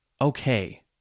Okay